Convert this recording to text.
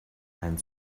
ein